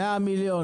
100 מיליון.